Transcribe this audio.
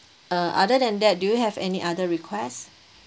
uh other than that do you have any other request